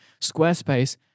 Squarespace